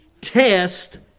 Test